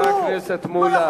מה יכול להיות,